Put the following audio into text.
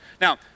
Now